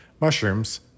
Mushrooms